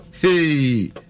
hey